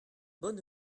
bon